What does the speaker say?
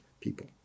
people